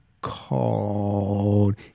called